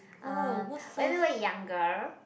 uh when we were younger